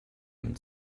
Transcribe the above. dem